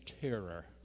terror